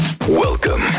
Welcome